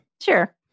Sure